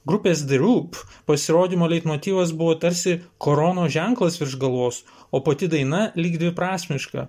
grupės the roop pasirodymo leitmotyvas buvo tarsi koronos ženklas virš galvos o pati daina lyg dviprasmiška